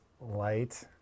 light